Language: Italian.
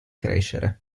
crescere